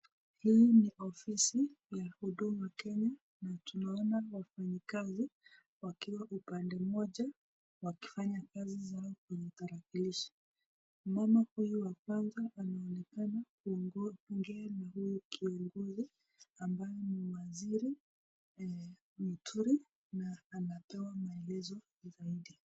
Hii ni ofisi ya Huduma Kenyana tunaona wafanyikazi wakiwa upande mmoja ,wakifanya kazi zao kwenye tarakilishi. Mama huyu wa kwanza anaonekana kuongea na huyu kiongozi ambaye ni waziri Muturi na anapewa maelezo zaidi.